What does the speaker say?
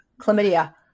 chlamydia